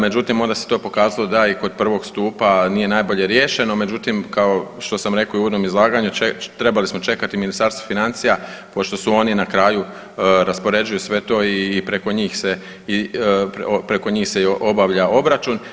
Međutim, onda se to pokazalo da je i kod prvog stupa nije najbolje riješeno, međutim kao što sam rekao u uvodnom izlaganju trebali smo čekati Ministarstvo financija pošto su oni na kraju, raspoređuju sve to i preko njih se, preko njih se i obavlja obračun.